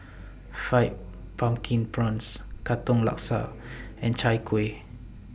Fried Pumpkin Prawns Katong Laksa and Chai Kuih